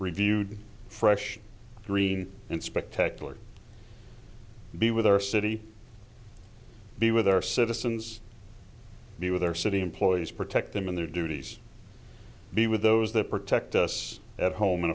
reviewed fresh green and spectacular be with our city be with our citizens be with their city employees protect them in their duties be with those that protect us at home